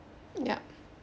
yup